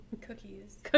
Cookies